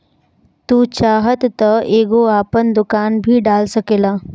तू चाहत तअ एगो आपन दुकान भी डाल सकेला